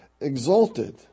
exalted